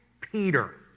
Peter